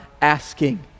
asking